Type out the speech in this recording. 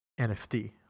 nft